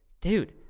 dude